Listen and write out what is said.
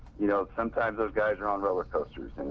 you know sometimes those guys were on roller coasters. and